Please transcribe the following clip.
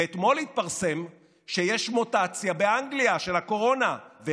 ואתמול התפרסם שיש מוטציה של הקורונה באנגליה